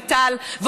וליטל,